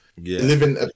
living